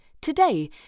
today